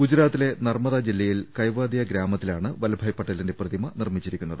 ഗുജറാത്തിലെ നർമ്മദ ജില്ല യിൽ കെവാദിയ ഗ്രാമത്തിലാണ് വല്ലഭായ് പട്ടേലിന്റെ പ്രതിമ നിർമ്മിച്ചിരിക്കുന്നത്